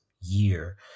year